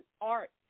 art